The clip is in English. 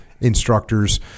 instructors